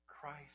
Christ